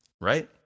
right